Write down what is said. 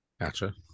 gotcha